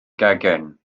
gegin